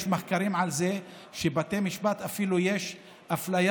יש מחקרים על זה שבבתי משפט יש אפילו אפליה